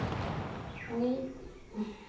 ᱳᱭ